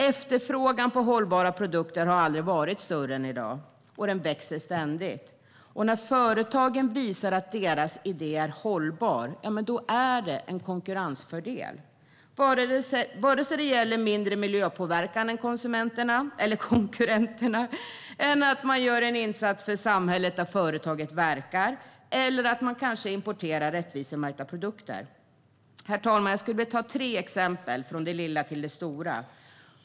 Efterfrågan på hållbara produkter har aldrig varit större än i dag. Och den växer ständigt. När företag visar att deras idéer är hållbara är det en konkurrensfördel vare sig det gäller att de utövar mindre miljöpåverkan än konkurrenterna, om de gör en insats för samhället där företagen verkar eller om de importerar rättvisemärkta produkter. Herr talman! Jag ska ge tre exempel från det lilla till det stora.